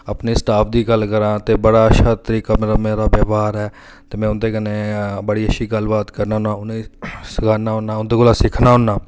अपने स्टाफ दी गल्ल करां ते बड़ा अच्छा तरीका मेरा व्यहार ऐ ते में उं'दे कन्नै बड़ी अच्छी गल्ल बात करना होन्ना सनान्ना होन्ना उं'दे कोला सिक्खना होन्ना